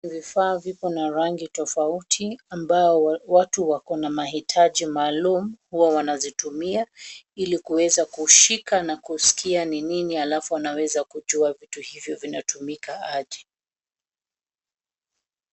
Vifaa vipo na rangi tofauti ambao watu wako na mahitaji maalum, huwa wanazitumia ili kuweza kushika na kuskia ni nini halafu wanaweza kujua vitu hivyo vinatumika aje.